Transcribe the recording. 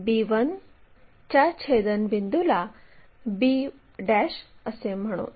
आणि जर हे आडव्या प्लेनला छेदत असेल तर आपण त्यास HT बिंदू असे म्हणतो